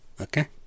okay